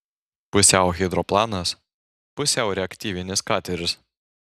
pusiau hidroplanas pusiau reaktyvinis kateris